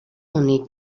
únic